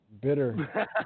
Bitter